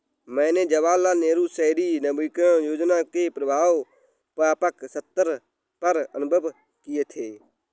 मैंने जवाहरलाल नेहरू शहरी नवीनकरण योजना के प्रभाव व्यापक सत्तर पर अनुभव किये थे